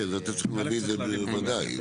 כן, אתם צריכים להביא את זה בכל מקרה.